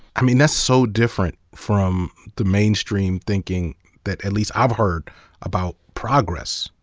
i mean that's so different from the mainstream thinking that at least i've heard about progress,